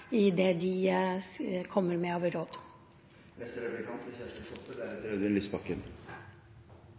i det de kommer med av råd. Eg vil følgja opp der